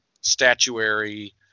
statuary